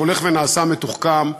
שהולך ונעשה מתוחכם.